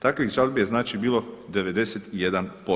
Takvih žalbi je znači bilo 91%